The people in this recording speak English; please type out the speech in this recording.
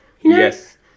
Yes